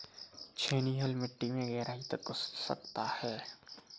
छेनी हल मिट्टी में गहराई तक घुस सकता है